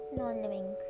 non-living